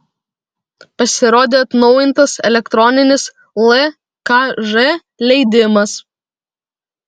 pasirodė atnaujintas elektroninis lkž leidimas